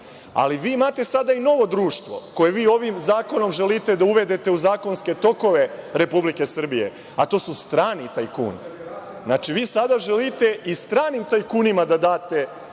ali vi imate sada i novo društvo koji vi ovim zakonom želite da uvedete u zakonske tokove Republike Srbije, a to su strani tajkuni. Znači, vi sada želite i stranim tajkunima da date